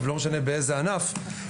ולא משנה באיזה ענף,